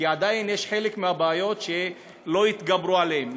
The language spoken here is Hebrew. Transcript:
כי עדיין חלק מהבעיות, לא התגברו עליהן.